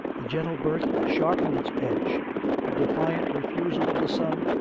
the gentle birth sharpened its edge the defiant refusal of the son,